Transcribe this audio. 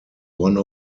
one